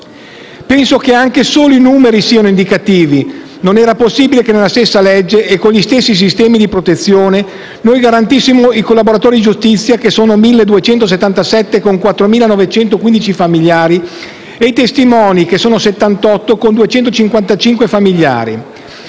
Penso che anche solo i numeri siano indicativi: non era possibile che nella stessa legge e con gli stessi sistemi di protezione noi garantissimo i collaboratori di giustizia, che sono 1.277 con 4.915 familiari, e i testimoni, che sono 78, e i 255 loro familiari.